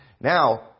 Now